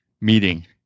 meeting